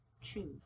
choose